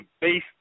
base